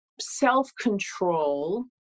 self-control